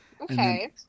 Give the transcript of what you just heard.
okay